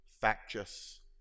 factious